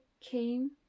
came